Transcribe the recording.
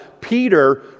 Peter